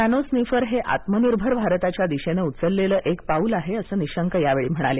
nanosniffer हे आत्मनिर्भर भारताच्या दिशेनं उचललेलं एक पाऊल आहे असं निशंक यावेळी म्हणाले